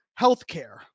healthcare